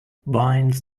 binds